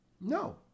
No